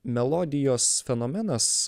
melodijos fenomenas